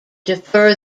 defer